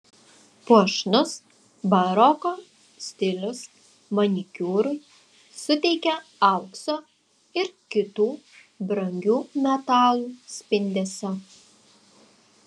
puošnus baroko stilius manikiūrui suteikė aukso ir kitų brangių metalų spindesio